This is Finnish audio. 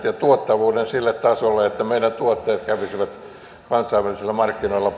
ja tuottavuuttamme sille tasolle että meidän tuotteemme kävisivät kansainvälisillä markkinoilla